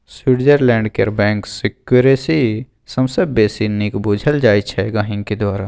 Switzerland केर bank secrecy सबसँ बेसी नीक बुझल जाइ छै गांहिकी द्वारा